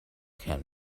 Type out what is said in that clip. can